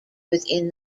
within